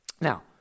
Now